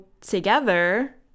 together